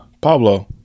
Pablo